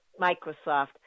microsoft